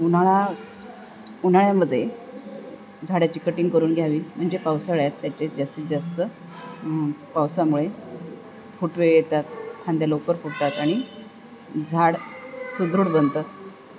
उन्हाळा उन्हाळ्यामध्ये झाडाची कटिंग करून घ्यावी म्हणजे पावसाळ्यात त्याचे जास्तीत जास्त पावसामुळे फुटवे येतात फांद्या लवकर फुटतात आणि झाड सुदृढ बनतात